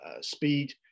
speed